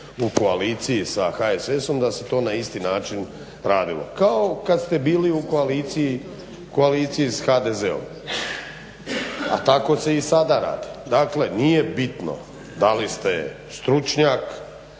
u koaliciji sa HSS-om da se to na isti način radilo. Kao kada ste bili u koaliciji s HDZ-om. A tako se i sada radi. Dakle, nije bitno da li ste stručnjak,